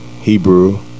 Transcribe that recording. Hebrew